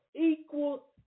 equal